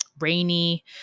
rainy